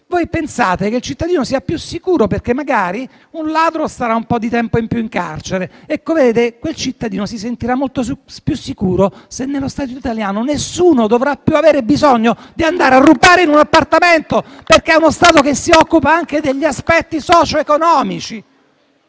Voi pensate che il cittadino sia più sicuro perché magari un ladro starà un po' di tempo in più in carcere. Ecco, quel cittadino si sentirà molto più sicuro se nello Stato italiano nessuno dovrà più avere bisogno di andare a rubare in un appartamento, perché lo Stato si occupa anche degli aspetti socioeconomici.